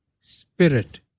spirit